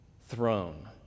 throne